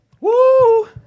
Woo